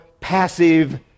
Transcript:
passive